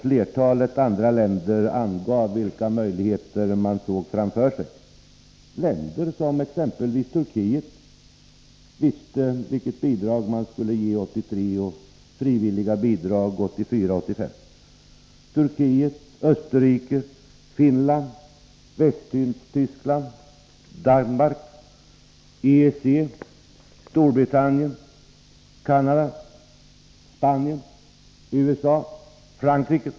Flertalet andra länder angav vilka möjligheter man såg framför sig, exempelvis Turkiet, Österrike, Finland, Västtyskland, Danmark, EG, Storbritannien, Kanada, Spanien, USA och Frankrike.